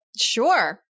Sure